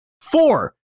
Four